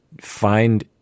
find